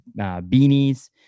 beanies